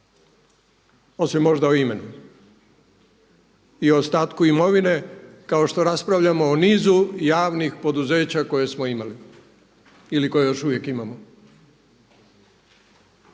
osim možda o imenu i ostatku imovine kao što raspravljamo o nizu javnih poduzeća koje smo imali ili koje još uvijek imamo.